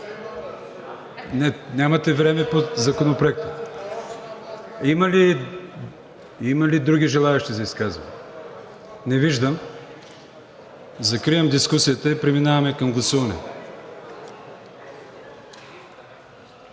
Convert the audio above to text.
нямате време по Законопроекта. Има ли други желаещи за изказване? Не виждам. Закривам дискусията и преминаваме към гласуване.